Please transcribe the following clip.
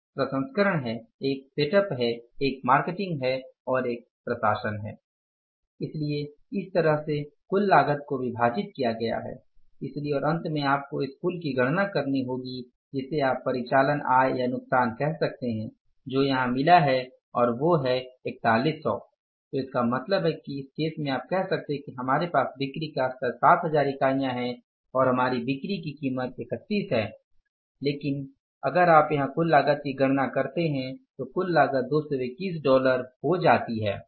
एक प्रसंस्करण है एक सेटअप है एक मार्केटिंग है और एक प्रशासन है इसलिए इस तरह से कुल लागत को विभाजित किया गया है इसलिए और अंत में आपको उस कुल की गणना करनी होगी जिसे आप परिचालन आय या नुकसान कह सकते हैं जो यहाँ मिला है और वो 41 है तो इसका मतलब है कि इस केस में आप कह सकते हैं कि हमारे पास बिक्री का स्तर 7000 इकाइयाँ हैं और हमारी बिक्री की कीमत 31 है लेकिन अगर आप यहाँ कुल लागत की गणना करते हैं तो कुल लागत 221 डॉलर हो जाती है